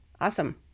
awesome